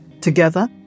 Together